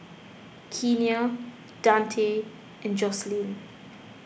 Kenia Dante and Joselyn